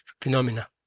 phenomena